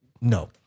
No